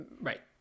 Right